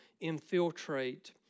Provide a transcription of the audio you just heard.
infiltrate